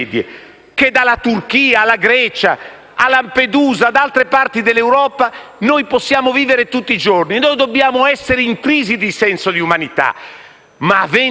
che, dalla Turchia alla Grecia a Lampedusa ad altre parti dell'Europa, noi possiamo vivere tutti i giorni. Noi dobbiamo essere intrisi di senso di umanità ma, avendo